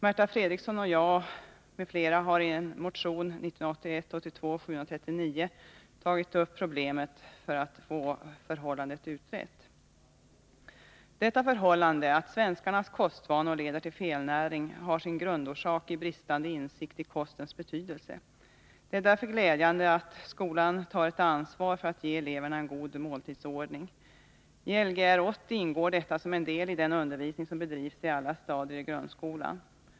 Märta Fredrikson och jag har tillsammans med några andra ledamöter i en motion 1981/82:739 tagit upp problemet för att få förhållandet utrett. Detta förhållande att svenskarnas kostvanor leder till felnäring har sin grundorsak i bristande insikt om kostens betydelse. Det är därför glädjande att skolan tar ett ansvar för att ge eleverna en god måltidsordning. I Lgr 80 ingår detta som en del i den undervisning som bedrivs på alla stadier i grundskolan.